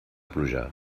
pluja